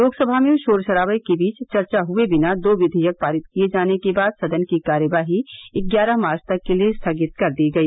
लोकसभा में शोर शराबे के बीच चर्चा हुये बिना दो विधेयक पारित किए जाने के बाद सदन की कार्यवाही ग्यारह मार्च तक के लिए स्थगित कर दी गई